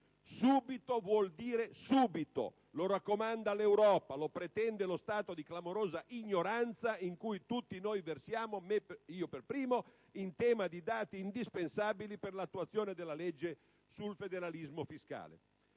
Subito vuol dire subito. Lo raccomanda l'Europa. Lo pretende lo stato di clamorosa ignoranza in cui tutti noi versiamo, io per primo, in tema di dati indispensabili per l'attuazione della legge sul federalismo fiscale.